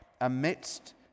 amidst